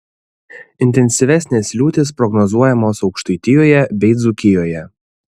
intensyvesnės liūtys prognozuojamos aukštaitijoje bei dzūkijoje